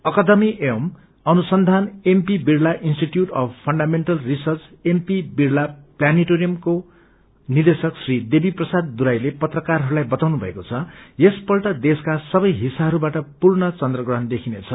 अकादमी एव अनुसन्धान M P Birla institute of fundamental research M P Birla प्लानेटोरियमका निदेशक श्री देवी प्रसाद दुराईले पत्रकारहरूलाई बताउनु भएको छ यसपल्ट देशका सबै हिस्साहरूबाट पूर्ण चन्द्रग्रहण देखिनेछ